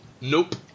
Nope